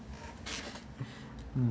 mm